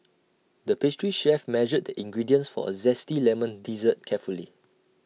the pastry chef measured the ingredients for A Zesty Lemon Dessert carefully